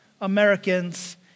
Americans